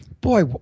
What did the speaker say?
boy